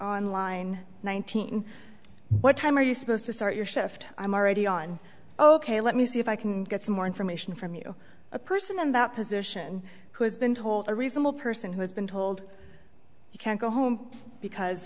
on line nineteen what time are you supposed to start your shift i'm already on ok let me see if i can get some more information from you a person in that position who has been told a reasonable person has been told you can't go home because